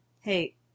Hey